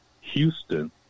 Houston